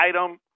item